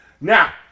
Now